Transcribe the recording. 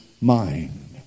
mind